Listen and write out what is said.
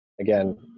again